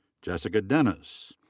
jessica dennis.